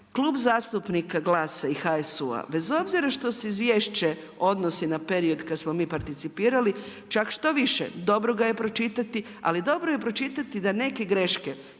Klub zastupnika GLAS-a i HSU-a bez obzira što se izvješće odnosi na period kad smo mi participirali, čak štoviše dobro ga je pročitati, ali dobro je pročitati da neke greške